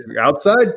Outside